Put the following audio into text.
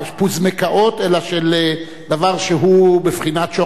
הפוזמקאות, אלא של דבר שהוא בבחינת שוחד.